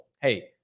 hey